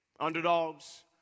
Underdogs